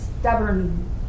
stubborn